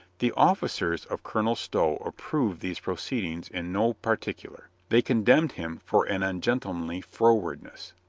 the officers of colonel stow approved these pro ceedings in no particular. they condemned him for an ungentlemanly frowardness.